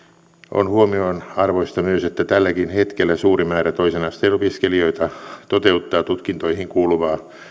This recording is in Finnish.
on huomionarvoista myös että tälläkin hetkellä suuri määrä toisen asteen opiskelijoita toteuttaa tutkintoihin kuuluvaa